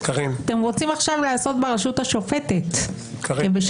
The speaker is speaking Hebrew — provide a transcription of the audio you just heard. אתם רוצים עכשיו לעשות ברשות השופטת כבשלכם.